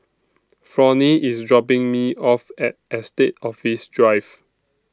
Fronie IS dropping Me off At Estate Office Drive